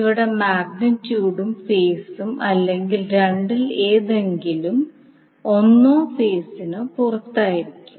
ഇവിടെ മാഗ്നിറ്റ്യൂഡും ഫേസും അല്ലെങ്കിൽ രണ്ടിൽ ഏതെങ്കിലും ഒന്നോ ഫേസിന് പുറത്തായിരിക്കും